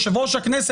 יושב ראש הכנסת,